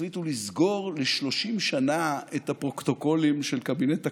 החליטו לסגור ל-30 שנה את הפרוטוקולים של קבינט הקורונה.